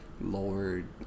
Lord